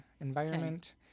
environment